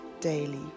daily